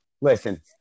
Listen